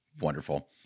wonderful